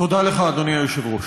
תודה לך, אדוני היושב-ראש.